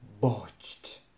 botched